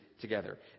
together